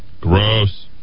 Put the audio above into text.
Gross